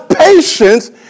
patience